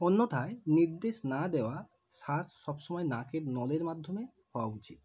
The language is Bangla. অন্যথায় নির্দেশ না দেওয়া শ্বাস সবসময় নাকের নলের মাধ্যমে পাওয়া উচিত